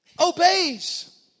obeys